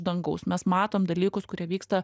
dangaus mes matom dalykus kurie vyksta